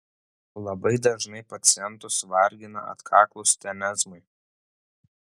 labai dažnai pacientus vargina atkaklūs tenezmai